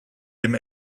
dem